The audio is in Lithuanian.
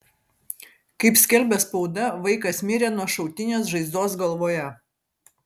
kaip skelbia spauda vaikas mirė nuo šautinės žaizdos galvoje